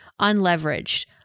unleveraged